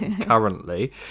Currently